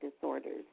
disorders